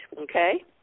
Okay